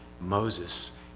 Moses